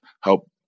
help